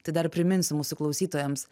tai dar priminsiu mūsų klausytojams